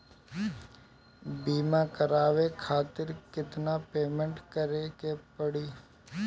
बीमा करावे खातिर केतना पेमेंट करे के पड़ी?